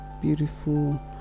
beautiful